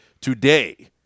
today